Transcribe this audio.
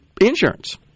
Insurance